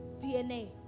DNA